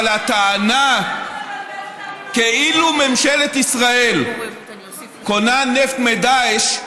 אבל הטענה כאילו ממשלת ישראל קונה נפט מדאעש,